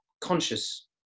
conscious